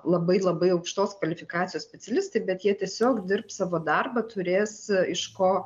labai labai aukštos kvalifikacijos specialistai bet jie tiesiog dirbs savo darbą turės iš ko